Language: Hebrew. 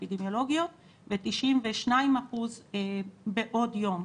ו-92% בעוד יום.